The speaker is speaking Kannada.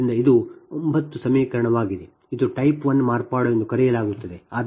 ಆದ್ದರಿಂದ ಇದು ಒಂಬತ್ತು ಸಮೀಕರಣವಾಗಿದೆ ಇದನ್ನು ಟೈಪ್ ಒನ್ ಮಾರ್ಪಾಡು ಎಂದು ಕರೆಯಲಾಗುತ್ತದೆ